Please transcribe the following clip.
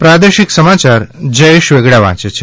પ્રાદેશિક સમાચાર જયેશ વેગડા વાંચે છે